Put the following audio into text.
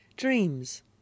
Dreams